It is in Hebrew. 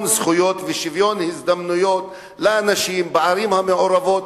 זכויות ושוויון הזדמנויות לאנשים בערים המעורבות,